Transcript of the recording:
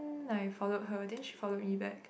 um I followed her then she followed me back